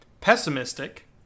pessimistic